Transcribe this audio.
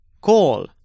Call